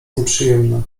nieprzyjemna